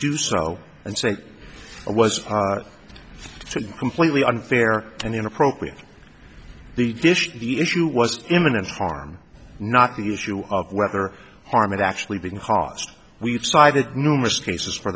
do so and say it was so completely unfair and inappropriate the dish the issue was imminent harm not the issue of whether harm it actually being hostile we decided numerous cases for